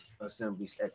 assemblies